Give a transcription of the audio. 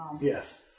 Yes